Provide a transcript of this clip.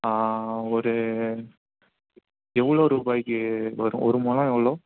ஒரு எவ்வளோ ரூபாய்க்கு வரும் ஒரு முழம் எவ்வளோ